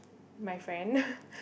my friend